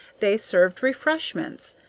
they served refreshments.